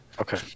Okay